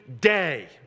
day